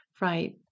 Right